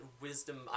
wisdom